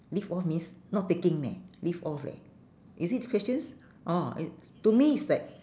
live off means not taking leh live off leh is it the questions ah it's to me is like